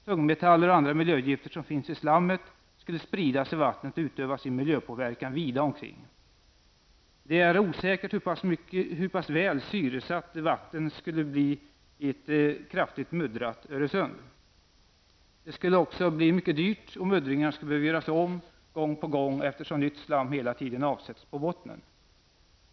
Tungmetaller och andra miljögifter som finns i slammet skulle spridas i vattnet och utöva sin miljöpåverkan vida omkring. Det är mycket osäkert hur pass väl syresatt vattnet skulle bli i ett kraftigt muddrat Öresund. Det skulle också bli mycket dyrt, och muddringarna skulle behöva göras om gång på gång eftersom nytt slam hela tiden avsätts på bottnen.